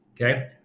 Okay